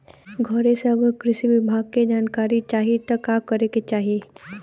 घरे से अगर कृषि विभाग के जानकारी चाहीत का करे के चाही?